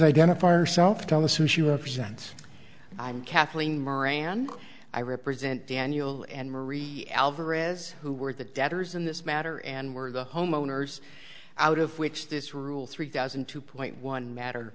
present i'm kathleen moran i represent daniel and marie alvarez who were the debtors in this matter and were the homeowners out of which this rule three thousand and two point one matter